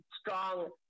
strong